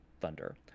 thunder